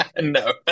No